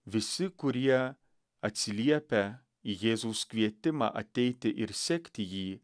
visi kurie atsiliepia į jėzaus kvietimą ateiti ir sekti jį